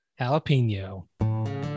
jalapeno